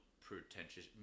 pretentious